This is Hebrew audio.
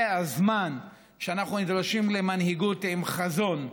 זה הזמן שאנחנו נדרשים למנהיגות עם חזון,